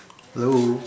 hello